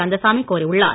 கந்தசாமி கோரியுள்ளார்